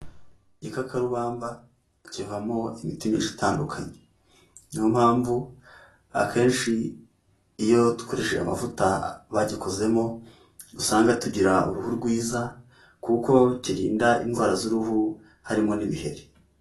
Igikakarubamba kivamo imiti myinshi itandukanye, niyo mpamvu akenshi iyo dukoresheje amavuta bagikozemo usanga tugira uruhu rwiza kuko kirinda indwara z'uruhu harimo n'ibiheri.